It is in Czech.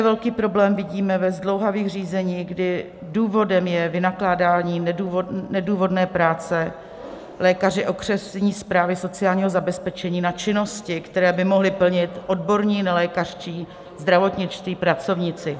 Velký problém vidíme také ve zdlouhavých řízeních, kdy důvodem je vynakládání nedůvodné práce lékaři okresní správy sociálního zabezpečení na činnosti, které by mohli plnit odborní nelékařští zdravotničtí pracovníci.